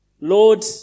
Lord